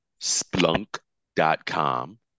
Splunk.com